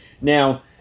Now